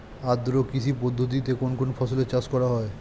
আদ্র কৃষি পদ্ধতিতে কোন কোন ফসলের চাষ করা হয়?